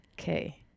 Okay